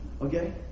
Okay